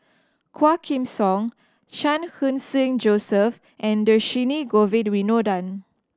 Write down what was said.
Quah Kim Song Chan Khun Sing Joseph and Dhershini Govin Winodan